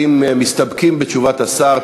אנחנו מדגישים שהמציעים מסתפקים בתשובת השר.